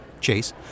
Chase